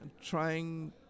trying